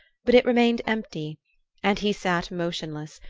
but it remained empty and he sat motionless,